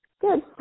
good